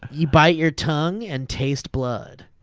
you bite your tongue and taste blood. i